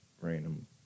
random